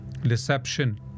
deception